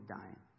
dying